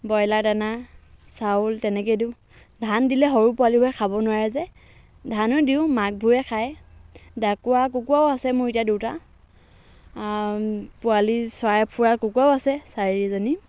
broiler দানা চাউল তেনেকৈ দিওঁ ধান দিলে সৰু পোৱালিবোৰে খাব নোৱাৰে যে ধানো দিওঁ মাকবোৰে খাই ডাকুৱা কুকুৰাও আছে মোৰ এতিয়া দুটা পোৱালি চৰাই ফুৰা কুকুৰাও আছে চাৰিজনী